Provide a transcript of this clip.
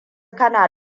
kana